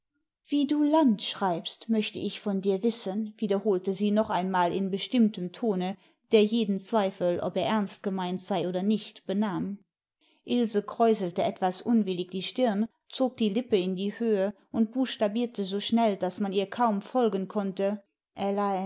wie du land schreibst möchte ich von dir wissen wiederholte sie noch einmal in bestimmtem tone der jeden zweifel ob er ernst gemeint sei oder nicht benahm ilse kräuselte etwas unwillig die stirn zog die lippe in die höhe und buchstabierte so schnell daß man ihr kaum folgen konnte